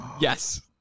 yes